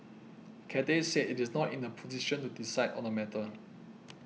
Cathay said it is not in the position to decide on the matter